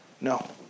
No